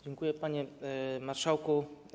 Dziękuję, panie marszałku.